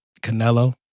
Canelo